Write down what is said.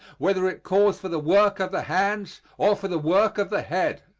whether it calls for the work of the hands or for the work of the head.